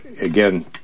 Again